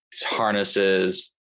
harnesses